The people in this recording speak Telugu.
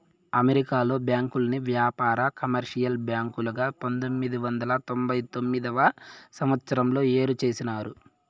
అమెరికాలో బ్యాంకుల్ని వ్యాపార, కమర్షియల్ బ్యాంకులుగా పంతొమ్మిది వందల తొంభై తొమ్మిదవ సంవచ్చరంలో ఏరు చేసినారు